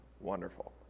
Wonderful